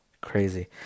crazy